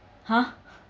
!huh!